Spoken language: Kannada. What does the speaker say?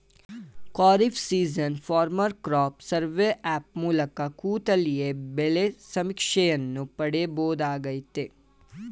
kharif season farmer crop survey app ಮೂಲಕ ಕೂತಲ್ಲಿಯೇ ಬೆಳೆ ಸಮೀಕ್ಷೆಯನ್ನು ಪಡಿಬೋದಾಗಯ್ತೆ